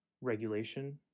regulation